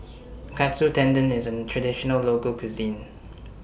Katsu Tendon IS A Traditional Local Cuisine